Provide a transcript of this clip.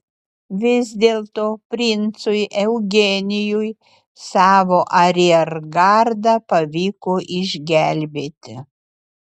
vis dėlto princui eugenijui savo ariergardą pavyko išgelbėti